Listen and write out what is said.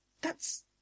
That's